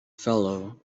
fellow